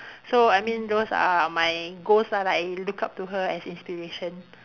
so I mean those are my goals ah like I look up to her as inspiration